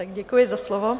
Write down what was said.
Děkuji za slovo.